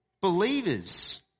believers